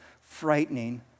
frightening